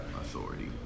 authority